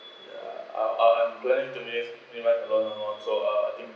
ya I'll I'll I'm planning to makes make up a loan more so I think